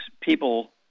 people